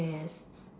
yes